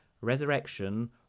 resurrection